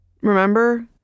remember